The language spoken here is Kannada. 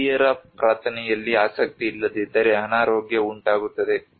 ಹಿರಿಯರ ಪ್ರಾರ್ಥನೆಯಲ್ಲಿ ಆಸಕ್ತಿ ಇಲ್ಲದಿದ್ದರೆ ಅನಾರೋಗ್ಯ ಉಂಟಾಗುತ್ತದೆ